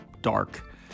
dark